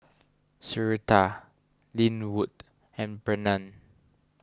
Syreeta Lynwood and Brennan